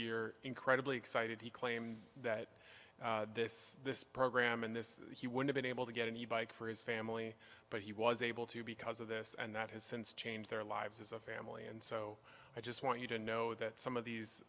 year incredibly excited he claimed that this this program and this he would have been able to get a new bike for his family but he was able to because of this and that has since changed their lives as a family and so i just want you to know that some of these